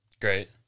Great